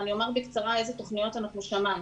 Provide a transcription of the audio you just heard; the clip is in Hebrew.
אני אומר בקצרה איזה תוכניות אנחנו שמענו.